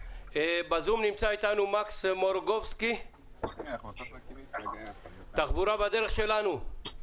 באמצעות הזום יצטרף אלינו מקס מורוגובסקי מ "תחבורה בדרך שלנו".